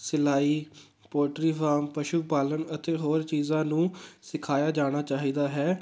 ਸਿਲਾਈ poultry farm ਪਸ਼ੂ ਪਾਲਣ ਅਤੇ ਹੋਰ ਚੀਜ਼ਾਂ ਨੂੰ ਸਿਖਾਇਆ ਜਾਣਾ ਚਾਹੀਦਾ ਹੈ